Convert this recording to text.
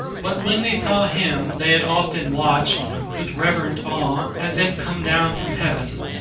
but when they saw him they had often watched with reverent awe, as if come down from heaven,